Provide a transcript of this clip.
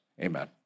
Amen